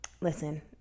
Listen